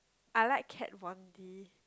I like kat-von-D